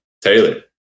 Taylor